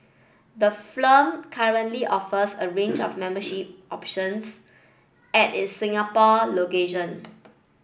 the currently offers a range of membership options at its Singapore location